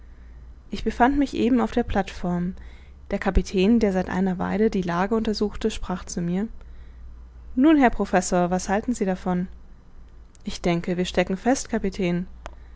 ich befand mich eben auf der plateform der kapitän der seit einer weile die lage untersuchte sprach zu mir nun herr professor was halten sie davon ich denke wir stecken fest kapitän